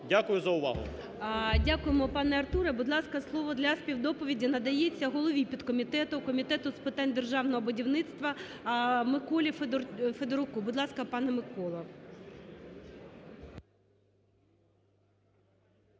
ГОЛОВУЮЧИЙ. Дякуємо, пане Артуре. Будь ласка, слово для співдоповіді надається голові підкомітету Комітету з питань державного будівництва Миколі Федоруку. Будь ласка, пане Микола.